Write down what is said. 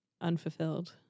Unfulfilled